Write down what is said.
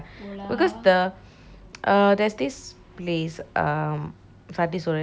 uh there's this place um satti soru sorru it tastes so masala